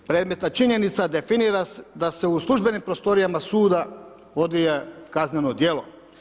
Predmetna činjenica definira da se u službenim prostorijama suda odvija kazneno djelo.